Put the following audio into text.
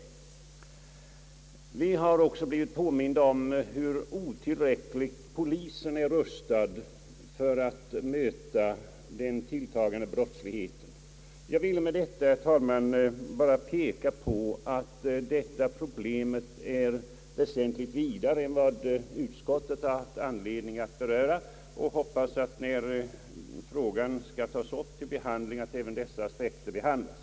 Vi har också blivit påminda om hur otillräckligt polisen är rustad för att möta den tilltagande brottsligheten. Jag vill med detta, herr talman, bara peka på att detta problem är väsentligt vidare än vad utskottet har haft anledning beröra och hoppas att när frågan skall tas upp till behandling även dessa aspekter behandlas.